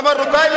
המרוקאים,